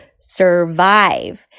survive